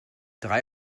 drei